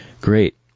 Great